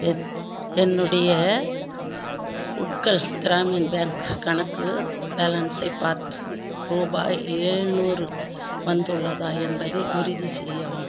என் என்னுடைய உட்கல் கிராமின் பேங்க் கணக்கு பேலன்ஸை பார்த்து ரூபாய் ஏழுநூறு வந்துள்ளதா என்பதை உறுதி செய்யவும்